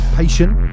patient